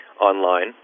online